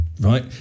right